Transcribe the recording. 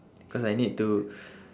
cause I need to